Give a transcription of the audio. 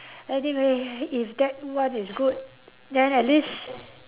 anyway if that one is good then at least